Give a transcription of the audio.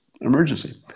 emergency